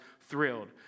thrilled